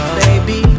baby